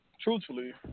truthfully